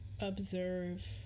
observe